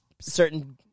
certain